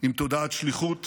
עם תודעת שליחות